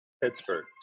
Pittsburgh